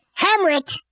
Hamlet